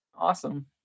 Awesome